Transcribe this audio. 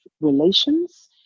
relations